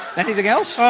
anything else? um